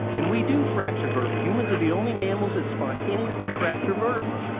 and we do fracture vertebrae. humans are the only mammals that spontaneously fracture vertebrae.